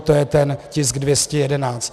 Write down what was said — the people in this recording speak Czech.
To je ten tisk 211.